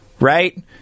Right